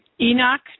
Enoch